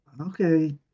Okay